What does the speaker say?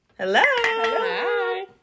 hello